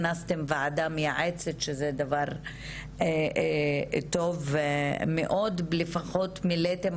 ועדה מייעצת, שזה דבר טוב מאוד לפחות מילאתם